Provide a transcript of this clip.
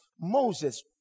Moses